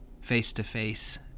face-to-face